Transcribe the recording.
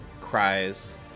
cries